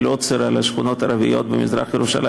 עוצר על השכונות הערביות במזרח-ירושלים.